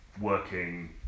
working